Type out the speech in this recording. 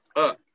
up